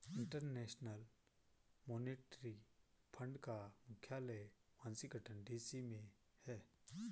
international monetary fund का मुख्यालय Washington D C में है